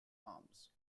arms